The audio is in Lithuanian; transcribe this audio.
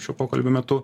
šio pokalbio metu